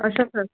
ਅੱਛਾ ਸਰ